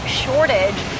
shortage